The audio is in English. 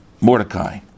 Mordecai